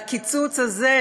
והקיצוץ הזה,